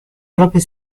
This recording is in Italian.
proprie